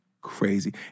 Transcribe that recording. crazy